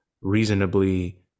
reasonably